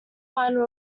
final